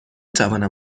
توانم